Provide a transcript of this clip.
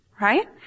right